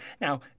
now